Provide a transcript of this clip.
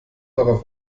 darauf